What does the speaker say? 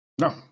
No